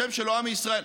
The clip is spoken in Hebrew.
השם שלו עמי ישראל.